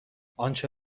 آنچه